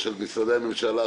של משרדי הממשלה,